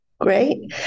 Great